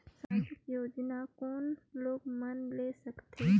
समाजिक योजना कोन लोग मन ले सकथे?